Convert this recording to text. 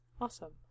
awesome